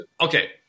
okay